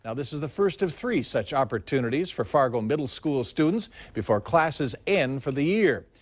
and this is the first of three such opportunities for fargo middle school students before classes end for the year.